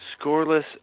Scoreless